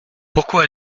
pourquoi